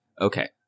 okay